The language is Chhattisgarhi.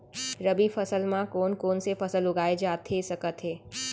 रबि फसल म कोन कोन से फसल उगाए जाथे सकत हे?